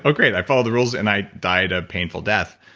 ah great, i followed the rules and i died a painful death.